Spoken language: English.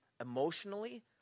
emotionally